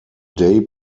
day